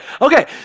okay